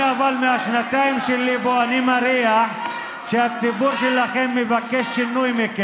מהשנתיים שלי פה אני מריח שהציבור שלכם מבקש מכם שינוי,